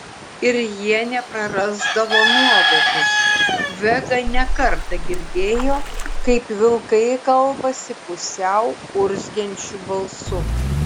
ir jie neprarasdavo nuovokos vega ne kartą girdėjo kaip vilkai kalbasi pusiau urzgiančiu balsu